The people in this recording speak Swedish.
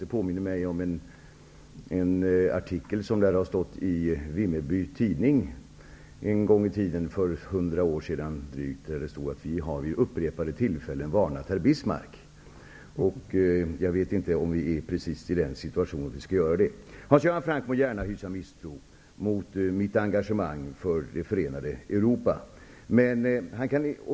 Det påminner mig om en artikel som lär ha stått i Vimmerby tidning en gång i tiden. Där stod: ''Vi har vid upprepade tillfällen varnat herr Bismarck.'' Jag vet inte om vi är i den situationen att vi skall göra så nu. Hans Göran Franck må gärna hysa misstro mot mitt engagemang för det förenade Europa.